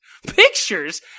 Pictures